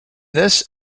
this